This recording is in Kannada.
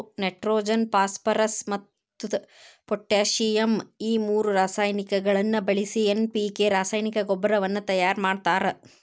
ನೈಟ್ರೋಜನ್ ಫಾಸ್ಫರಸ್ ಮತ್ತ್ ಪೊಟ್ಯಾಸಿಯಂ ಈ ಮೂರು ರಾಸಾಯನಿಕಗಳನ್ನ ಬಳಿಸಿ ಎನ್.ಪಿ.ಕೆ ರಾಸಾಯನಿಕ ಗೊಬ್ಬರವನ್ನ ತಯಾರ್ ಮಾಡ್ತಾರ